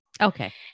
Okay